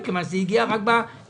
מכיוון שזה הגיע רק אתמול.